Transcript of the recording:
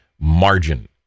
margin